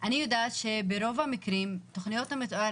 אני יודעת שברוב המקרים תכניות המתאר